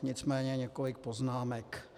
Nicméně několik poznámek.